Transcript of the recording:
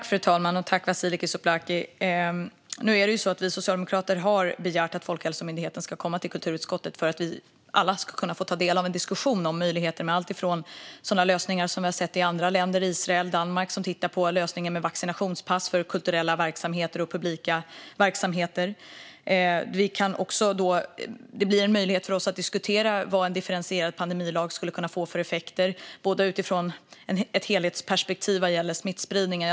Fru talman! Jag tackar Vasiliki Tsouplaki för detta. Nu är det så att vi socialdemokrater har begärt att Folkhälsomyndigheten ska komma till kulturutskottet för att vi alla ska kunna få ta del av en diskussion om möjligheter med sådana lösningar som vi har sett i andra länder, till exempel i Israel och Danmark som tittar på lösningar med vaccinationspass för kulturella verksamheter och publika verksamheter. Det ger oss även möjlighet att diskutera vad en differentierad pandemilag skulle kunna få för effekter, bland annat utifrån ett helhetsperspektiv vad gäller smittspridningen.